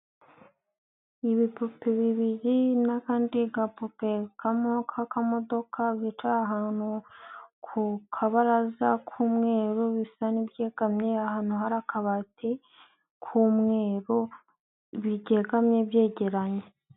Ibipupe bibiri n'akandi gapupe kamwe k'akamodoka byicaye ahantu ku kabaraza k'umweru, bisa n'ibyegamye ahantu hari akabati k'umweru byegamye byegeranye.